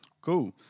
cool